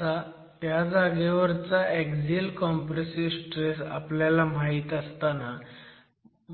असा त्या जागेवरचा एक्झिअल कॉम्प्रेसिव्ह स्ट्रेस आपल्याला माहीत असताना